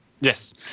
Yes